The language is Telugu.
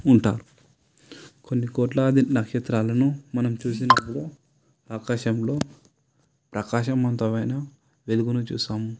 ఉంటారు కొన్ని కోట్లాది నక్షత్రాలను మనం చూసినప్పుడు ఆకాశంలో ప్రకాశవంతమైన వెలుగును చూసాము